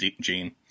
Gene